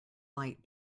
light